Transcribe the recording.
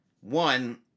one